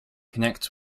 connects